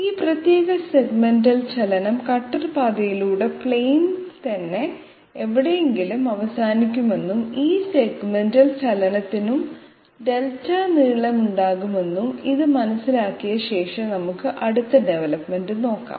ഈ പ്രത്യേക സെഗ്മെന്റൽ ചലനം കട്ടർ പാതയിലൂടെ പ്ലെയിനിൽ തന്നെ എവിടെയെങ്കിലും അവസാനിക്കുമെന്നും ഈ സെഗ്മെന്റൽ ചലനത്തിനും δ നീളമുണ്ടാകുമെന്നും ഇത് മനസ്സിലാക്കിയ ശേഷം നമുക്ക് അടുത്ത ഡവലപ്മെന്റ് നോക്കാം